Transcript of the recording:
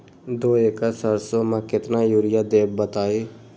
दो एकड़ सरसो म केतना यूरिया देब बताई?